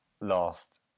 last